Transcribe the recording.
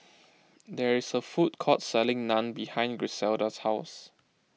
there is a food court selling Naan behind Griselda's house